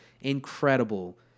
incredible